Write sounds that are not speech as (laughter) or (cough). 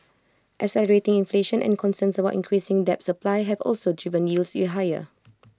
accelerating inflation and concerns about increasing debt supply have also driven yields (unintelligible) higher